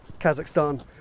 Kazakhstan